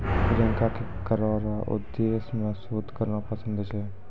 प्रियंका के करो रो उद्देश्य मे शोध करना पसंद छै